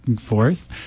force